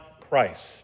Christ